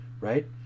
right